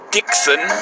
Dixon